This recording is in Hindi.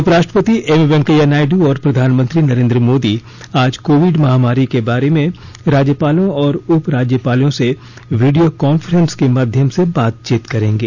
उपराष्ट्रपति एमवेंकैया नायड् और प्रधानमंत्री नरेन्द्र मोदी आज कोविड महामारी के बारे में राज्यपालों और उपराज्यपालों से वीडियो कॉफ्रेंस के माध्यम से बातचीत करेंगे